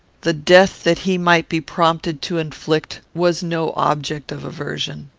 the death that he might be prompted to inflict was no object of aversion.